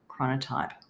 chronotype